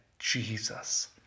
Jesus